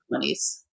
20s